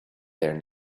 there